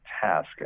task